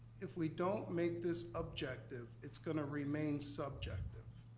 if we don't make this objective, it's gonna remain subjective.